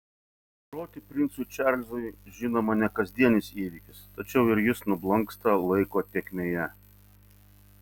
groti princui čarlzui žinoma ne kasdienis įvykis tačiau ir jis nublanksta laiko tėkmėje